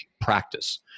practice